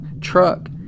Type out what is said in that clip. truck